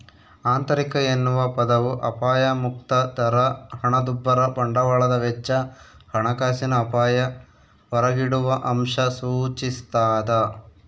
ಆಂತರಿಕ ಎನ್ನುವ ಪದವು ಅಪಾಯಮುಕ್ತ ದರ ಹಣದುಬ್ಬರ ಬಂಡವಾಳದ ವೆಚ್ಚ ಹಣಕಾಸಿನ ಅಪಾಯ ಹೊರಗಿಡುವಅಂಶ ಸೂಚಿಸ್ತಾದ